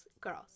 girls